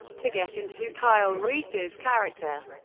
to get into kyle reese's character,